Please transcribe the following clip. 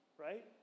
Right